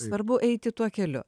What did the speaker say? svarbu eiti tuo keliu